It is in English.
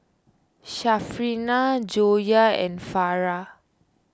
Syarafina Joyah and Farah